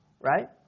right